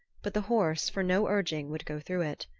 but the horse, for no urging, would go through it.